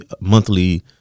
monthly